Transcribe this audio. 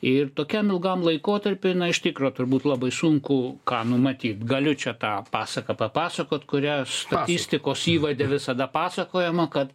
ir tokiam ilgam laikotarpiui iš tikro turbūt labai sunku ką numatyt galiu čia tą pasaką papasakot kurią statistikos įvade visada pasakojama kad